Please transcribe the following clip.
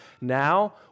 now